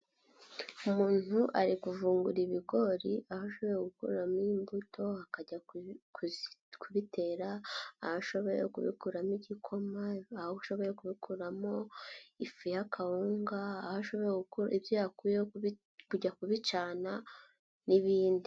Umuntu ari kuvungura ibigori, aho ashoboye gukuramo imbuto akajya kubitera, aho ashoboye kubikuramo igikoma, aho ushoboye gukuramo ifu y'akawunga, aho ashoboye ibyo yakuyeho kujya kubicana n'ibindi.